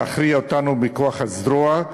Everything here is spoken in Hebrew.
להכריע אותנו מכוח הזרוע,